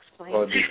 explain